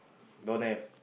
don't have